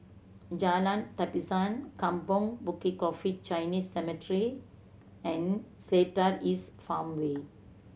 Jalan Tapisan Kampong Bukit Coffee Chinese Cemetery and Seletar East Farmway